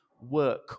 work